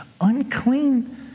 unclean